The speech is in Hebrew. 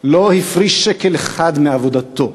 לא הפריש שקל אחד מעבודתו.